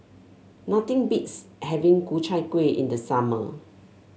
nothing beats having Ku Chai Kuih in the summer